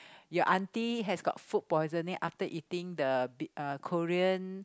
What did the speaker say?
your aunty has got food poisoning after eating the B uh Korean